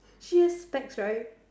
she has specs right